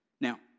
Now